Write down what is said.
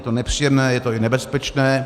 Je to nepříjemné, je to i nebezpečné.